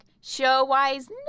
Show-wise